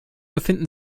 befinden